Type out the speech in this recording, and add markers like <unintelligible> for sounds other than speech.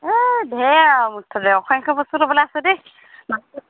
এই ধেৰ আৰু মুঠতে অসংখ্য বস্তু ল'বলৈ আছে দেই <unintelligible>